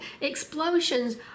Explosions